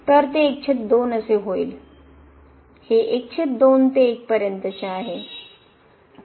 तर हे ते 1 पर्यंतचे आहे